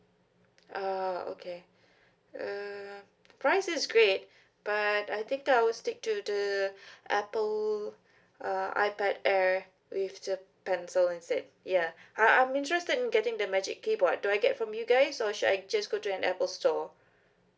ah okay uh price is great but I think I will stick to the Apple uh ipad air with the pencil instead ya I I'm interested in getting the magic keyboard do I get from you guys or should I just go to an Apple store